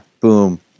boom